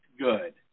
good